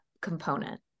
component